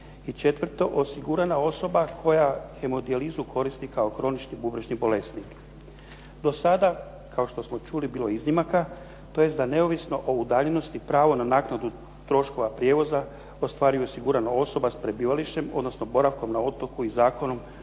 četvrto, osigurana osoba koja hemodijalizu koristi kao kronični bubrežni bolesnik. Do sada kao što smo čuli bilo je iznimaka, tj. da neovisno o udaljenosti pravo na naknadu troškova prijevoza ostvaruje osigurana osoba sa prebivalištem, odnosno boravkom na otoku i Zakonom